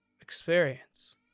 experience